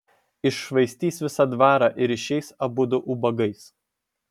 iššvaistys visą dvarą ir išeis abudu ubagais